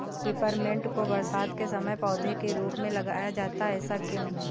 Peppermint को बरसात के समय पौधे के रूप में लगाया जाता है ऐसा क्यो?